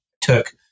took